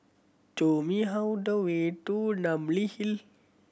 show me how the way to Namly Hill